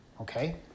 okay